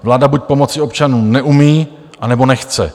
Vláda buď pomoci občanům neumí, anebo nechce.